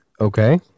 Okay